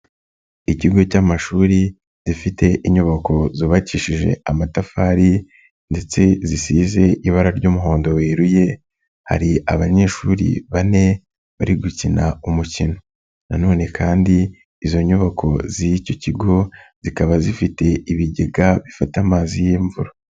Ikigo cy'amashuri gifite inyubako zubakishije amatafari ndetse zisize ibara ry'umuhondo weruye, hari abanyeshuri bane bari gukina umukino. Nanone kandi izo nyubako z'icyo kigo zikaba zifite ibigega bifata amazi y'imvura.